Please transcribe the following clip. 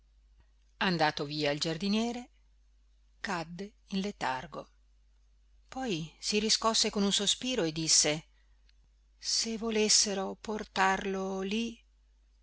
andato via il giardiniere cadde in letargo poi si riscosse con un sospiro e disse se volessero portarlo lì